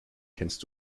kennst